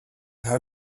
how